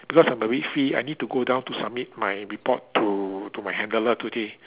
because I'm abit free I need to go down to submit my report to to my handler today